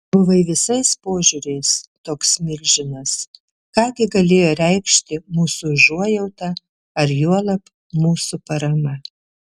buvai visais požiūriais toks milžinas ką gi galėjo reikšti mūsų užuojauta ar juolab mūsų parama